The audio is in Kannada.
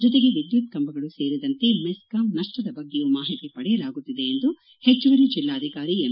ಜತೆಗೆ ವಿದ್ಯುತ್ ಕಂಬಗಳು ಸೇರಿದಂತೆ ಮೆಸ್ಕಾಂ ನಷ್ಟದ ಬಗ್ಗೆಯೂ ಮಾಹಿತಿ ಪಡೆಯಲಾಗುತ್ತಿದೆ ಎಂದು ಹೆಚ್ಚುವರಿ ಜಿಲ್ಲಾಧಿಕಾರಿ ಎಂ